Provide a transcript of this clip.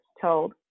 told